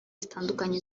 zitandukanye